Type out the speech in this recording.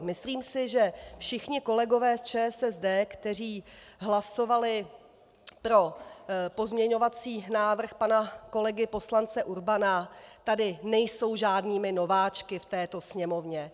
Myslím si, že všichni kolegové z ČSSD, kteří hlasovali pro pozměňovací návrh pana kolegy poslance Urbana, nejsou žádnými nováčky v této Sněmovně.